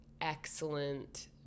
excellent